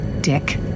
Dick